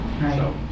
Right